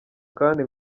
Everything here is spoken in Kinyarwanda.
kandi